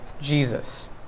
jesus